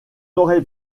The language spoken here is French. aurait